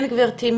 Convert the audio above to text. כן, גברתי,